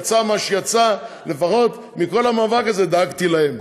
יצא מה שיצא, לפחות מכל המאבק הזה דאגתי להם.